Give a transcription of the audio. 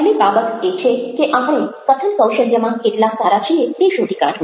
પહેલી બાબત એ છે કે આપણે કથન કૌશલ્યમાં કેટલા સારા છીએ તે શોધી કાઢવું